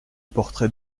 portrait